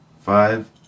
Five